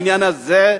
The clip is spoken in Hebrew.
העניין הזה,